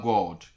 God